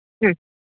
മ്